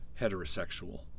heterosexual